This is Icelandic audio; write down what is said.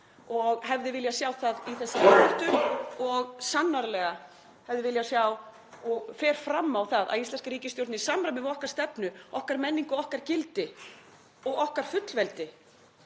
og hefði viljað sjá það í þessari pontu og hefði sannarlega viljað sjá og fer fram á það að íslensk ríkisstjórn, í samræmi við okkar stefnu, okkar menningu, okkar gildi og okkar fullveldi,